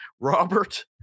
Robert